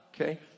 Okay